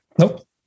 Nope